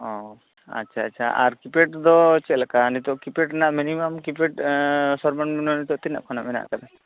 ᱚᱸᱻ ᱟᱪᱪᱷᱟ ᱟᱪᱪᱷᱟ ᱟᱨ ᱠᱤᱯᱮᱰ ᱫᱚ ᱪᱮᱫᱞᱮᱠᱟ ᱱᱤᱛᱚᱜ ᱠᱤᱯᱮᱰ ᱨᱮᱱᱟᱜ ᱢᱤᱱᱤᱢᱚᱢ ᱠᱤᱯᱮᱰ ᱥᱚᱨᱵᱚᱱᱤᱢᱱᱚ ᱱᱤᱛᱚᱜ ᱛᱤᱱᱟ ᱜ ᱠᱷᱚᱱᱟᱜ ᱢᱮᱱᱟᱜ ᱟᱠᱟᱫᱟ